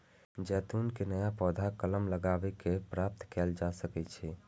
जैतून के नया पौधा कलम लगाए कें प्राप्त कैल जा सकै छै